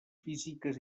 físiques